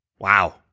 Wow